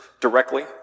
directly